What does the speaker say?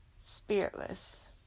spiritless